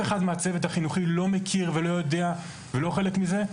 אחד מהצוות החינוכי לא מכיר ולא יודע ולא חלק מזה,